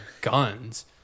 guns